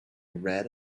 red